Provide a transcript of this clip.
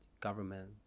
government